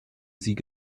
sieg